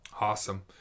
Awesome